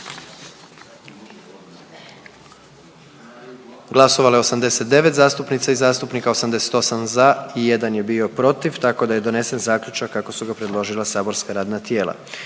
Glasovalo je 117 zastupnica i zastupnika, 115 za, 2 suzdržana pa smo donijeli zaključak kako su ga predložila saborska radna tijela.